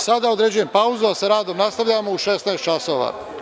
Sada određujem pauzu, a sa radom nastavljamo u 16,00 časova.